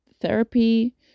therapy